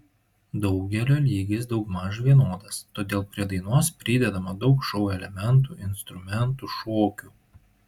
daugelio lygis daugmaž vienodas todėl prie dainos pridedama daug šou elementų instrumentų šokių